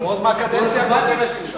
ההצעה להעביר את הצעת